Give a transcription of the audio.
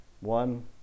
One